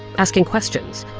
asking questions.